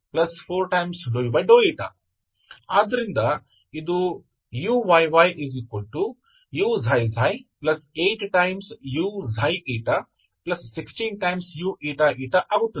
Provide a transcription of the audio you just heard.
ಆದ್ದರಿಂದ ಇದು uyyuξ ξ 8uξ η16uηη ಆಗುತ್ತದೆ